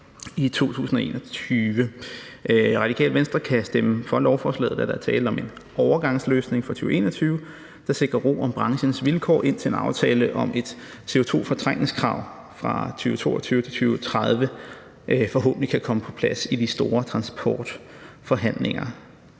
Venstre kan stemme for lovforslaget, da der er tale om en overgangsløsning for 2021, der sikrer ro om branchens vilkår, indtil en aftale om et CO2-fortrængningskrav fra 2022 til 2030 forhåbentlig kan komme på plads i de store transportforhandlinger.